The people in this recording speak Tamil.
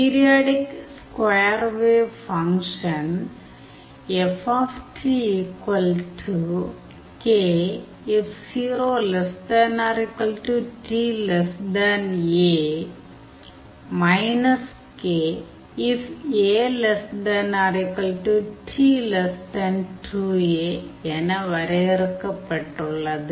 பீரியாடிக் ஸ்கொயர் வேவ் ஃபங்க்ஷன் என வரையறுக்கப்பட்டுள்ளது